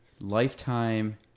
Lifetime